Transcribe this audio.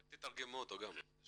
רק תתרגמו אותו גם בבקשה.